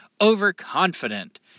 overconfident